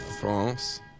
France